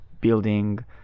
building